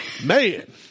Man